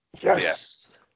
Yes